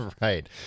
Right